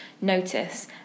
notice